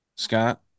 Scott